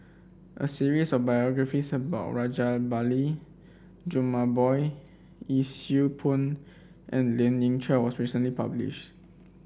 a series of biographies about Rajabali Jumabhoy Yee Siew Pun and Lien Ying Chow was recently published